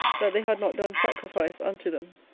that they had not done sacrifice unto them.